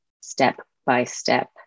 step-by-step